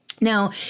Now